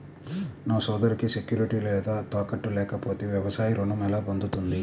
నా సోదరికి సెక్యూరిటీ లేదా తాకట్టు లేకపోతే వ్యవసాయ రుణం ఎలా పొందుతుంది?